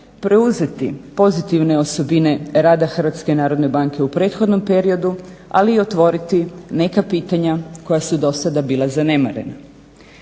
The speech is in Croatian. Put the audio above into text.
preuzeti pozitivne osobine rada HNB-a u prethodnom periodu, ali i otvoriti neka pitanja koja su dosada bila zanemarena.